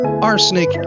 Arsenic